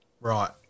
Right